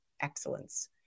excellence